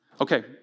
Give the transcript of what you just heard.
Okay